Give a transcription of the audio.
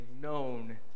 known